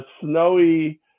snowy